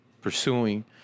Pursuing